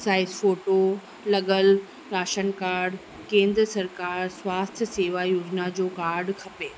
size photo लॻल ration card केंद्र सरकार स्वास्थ सेवा योजना जो कार्ड खपे